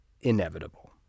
inevitable